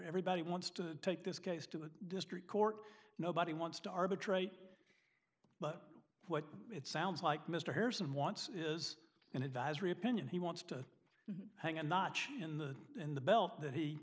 everybody wants to take this case to a district court nobody wants to arbitrate but what it sounds like mr harrison wants is an advisory opinion he wants to hang a notch in the in the belt that he